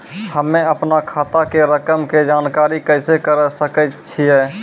हम्मे अपनो खाता के रकम के जानकारी कैसे करे सकय छियै?